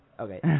Okay